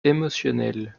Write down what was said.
émotionnelle